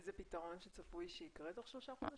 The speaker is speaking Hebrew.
זה פתרון שצפוי שיקרה תוך שלושה חודשים?